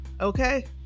okay